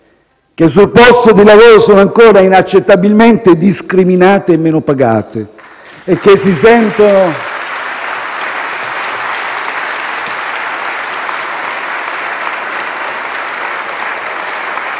che sul posto di lavoro sono ancora inaccettabilmente discriminate e meno pagate (*Commenti